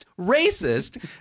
racist